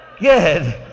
good